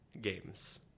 games